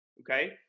okay